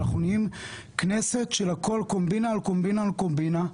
אנחנו נהיים כנסת של הכול קומבינה על קומבינה על קומבינה.